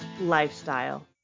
lifestyle